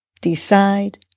decide